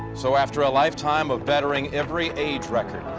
so after a lifetime of battering every age record,